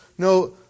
No